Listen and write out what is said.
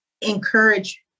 encourage